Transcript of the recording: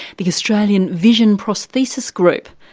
the australian vision prosthesis group.